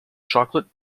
chocolate